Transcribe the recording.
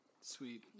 Sweet